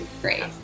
Great